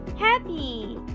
happy